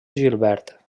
gilbert